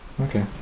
Okay